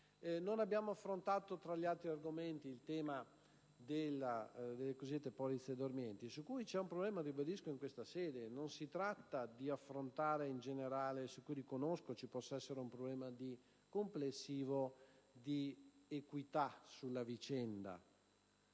Non abbiamo affrontato, tra gli altri argomenti, il tema delle cosiddette polizze dormienti, su cui vi è un problema che ribadisco in questa sede. Non si tratta di affrontare in generale un problema, su cui, riconosco, ci può essere un problema complessivo di equità sulla vicenda.